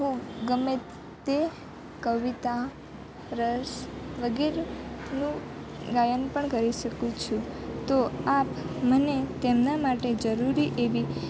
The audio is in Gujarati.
હું ગમે તે કવિતા રસ વગેરેનું ગાયન પણ કરી શકું છું તો આપ મને તેમના માટે જરૂરી એવી